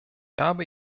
habe